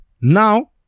now